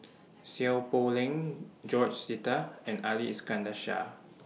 Seow Poh Leng George Sita and Ali Iskandar Shah